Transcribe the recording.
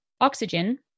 Oxygen